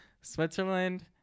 Switzerland